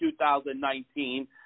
2019